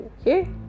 okay